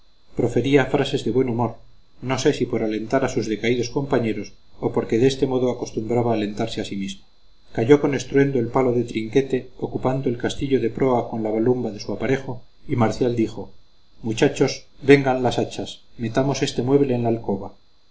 profería frases de buen humor no sé si por alentar a sus decaídos compañeros o porque de este modo acostumbraba alentarse a sí mismo cayó con estruendo el palo de trinquete ocupando el castillo de proa con la balumba de su aparejo y marcial dijo muchachos vengan las hachas metamos este mueble en la alcoba